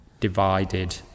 divided